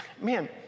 Man